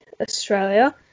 Australia